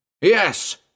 Yes